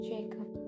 Jacob